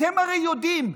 אתם הרי יודעים,